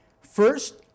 First